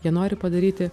jie nori padaryti